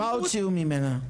מה הוציאו ממנה?